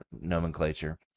nomenclature